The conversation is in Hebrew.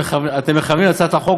אתם מכוונים להצעת החוק,